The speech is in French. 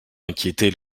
inquiété